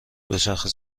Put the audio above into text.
دوچرخه